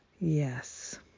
Yes